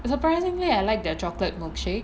surprisingly I like their chocolate milkshake